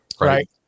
Right